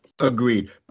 Agreed